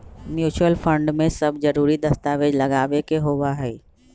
mutual fund में सब जरूरी दस्तावेज लगावे के होबा हई